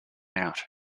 out